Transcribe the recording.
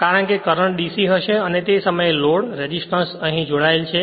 કારણ કે current DC હશે અને તે સમ લોડ રેસિસ્ટન્સઅહીં જોડાયેલ છે